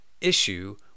issue